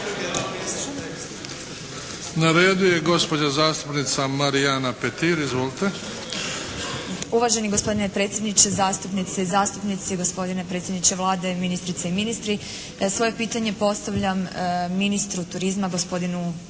Na redu je gospođa zastupnica Marijana Petir. Izvolite. **Petir, Marijana (HSS)** Uvaženi gospodine predsjedniče, zastupnice i zastupnici, gospodine predsjedniče Vlade, ministrice i ministri. Ja svoje pitanje postavljam ministru turizma gospodinu Damiru